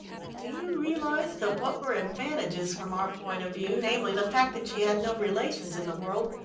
but do you realise that what were advantages from our point of view, namely, the fact that she had no relations in the world,